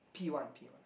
P one P one